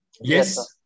yes